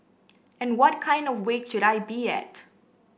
and what kind of weight should I be at